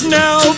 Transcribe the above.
now